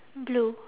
blue